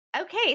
Okay